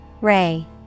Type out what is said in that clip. Ray